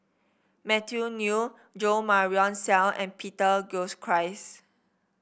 Matthew Ngui Jo Marion Seow and Peter Gilchrist